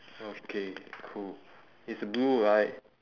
okay cool it's blue right